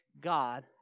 God